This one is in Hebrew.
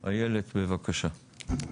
איילת, בבקשה.